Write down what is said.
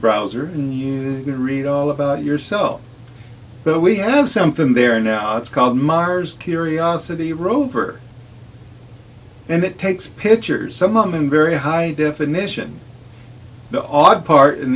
browser and you can read all about yourself but we have something there now it's called mars curiosity rover and it takes pictures some of them in very high definition the odd part in